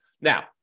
Now